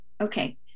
Okay